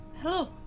Hello